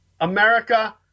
America